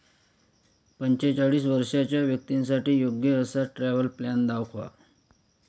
पंचेचाळीस वर्षांच्या व्यक्तींसाठी योग्य असा ट्रॅव्हल प्लॅन दाखवा